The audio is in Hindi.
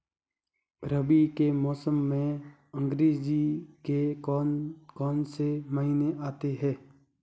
रबी के मौसम में अंग्रेज़ी के कौन कौनसे महीने आते हैं?